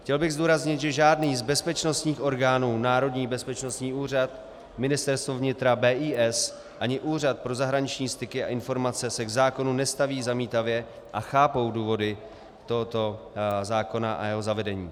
Chtěl bych zdůraznit, že žádný z bezpečnostních orgánů, Národní bezpečnostní úřad, Ministerstvo vnitra, BIS ani Úřad pro zahraniční styky a informace se k zákonu nestaví zamítavě a chápou důvody tohoto zákona a jeho zavedení.